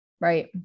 Right